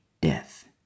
death